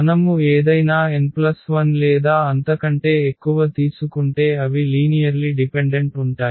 మనము ఏదైనా n1 లేదా అంతకంటే ఎక్కువ తీసుకుంటే అవి లీనియర్లి డిపెండెంట్ ఉంటాయి